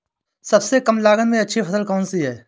सबसे कम लागत में अच्छी फसल कौन सी है?